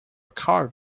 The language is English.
card